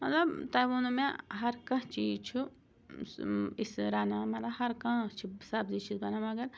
مطلب تۄہہِ ووٚنو مےٚ ہر کانٛہہ چیٖز چھُ أسۍ رَنان مطلب ہَر کانٛہہ چھِ سبزی چھِ أسۍ بَنان مگر